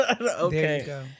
okay